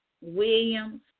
williams